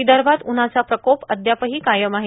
विदर्भात उन्हाचा प्रकोप अद्यापही कायम आहे